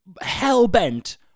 hell-bent